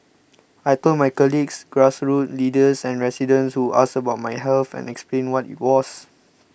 I told my colleagues grassroots leaders and residents who asked about my health and explained what it was